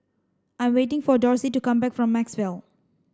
I'm waiting for Dorsey to come back from Maxwell